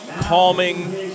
calming